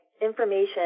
Information